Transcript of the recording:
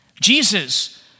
Jesus